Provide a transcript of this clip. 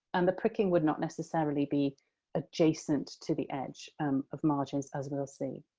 and the pricking would not necessarily be adjacent to the edge of margins, as we'll see.